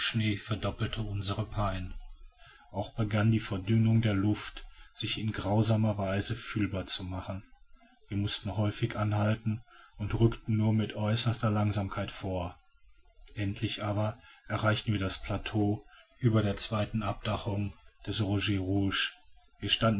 verdoppelte unsere pein auch begann die verdünnung der luft sich in grausamer weise fühlbar zu machen wir mußten häufig anhalten und rückten nur mit äußerster langsamkeit vor endlich aber erreichten wir das plateau über der zweiten abdachung der